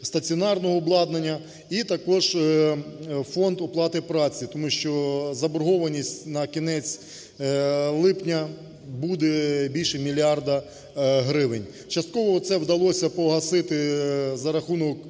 стаціонарного обладнання і також фонд оплати праці, тому що заборгованість на кінець липня буде більше мільярда гривень. Частково це вдалося погасити за рахунок